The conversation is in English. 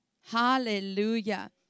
Hallelujah